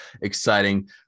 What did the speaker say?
exciting